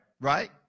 right